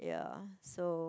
ya so